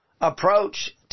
Approach